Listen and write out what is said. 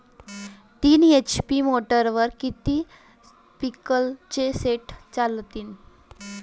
तीन एच.पी मोटरवर किती स्प्रिंकलरचे सेट चालतीन?